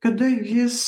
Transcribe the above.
kada jis